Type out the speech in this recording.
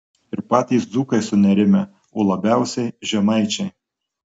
ir patys dzūkai sunerimę o labiausiai žemaičiai